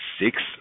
six